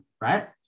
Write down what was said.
right